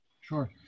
Sure